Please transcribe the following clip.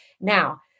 Now